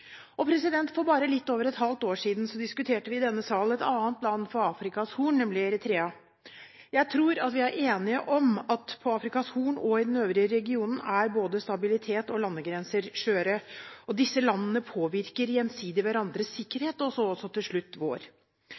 For bare litt over et halvt år siden diskuterte vi i denne sal et annet land på Afrikas Horn, nemlig Eritrea. Jeg tror vi er enige om at på Afrikas Horn og i den øvrige regionen er både stabilitet og landegrenser skjøre. Disse landene påvirker gjensidig hverandres sikkerhet, og til slutt også vår. Men det er også grunn til